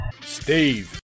Steve